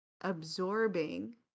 absorbing